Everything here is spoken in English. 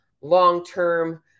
long-term